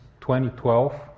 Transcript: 2012